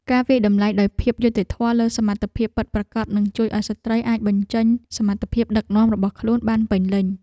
ការវាយតម្លៃដោយភាពយុត្តិធម៌លើសមត្ថភាពពិតប្រាកដនឹងជួយឱ្យស្ត្រីអាចបញ្ចេញសមត្ថភាពដឹកនាំរបស់ខ្លួនបានពេញលេញ។